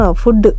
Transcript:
food